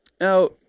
Now